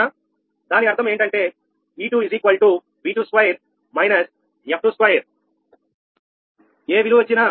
దాని అర్థం ఏంటంటే e2 దేనికి సమానం అంటే 2 − 2 ఏ విలువ వచ్చినా